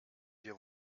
wir